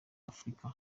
afurika